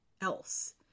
else